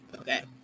okay